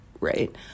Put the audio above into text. right